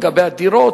לגבי הדירות,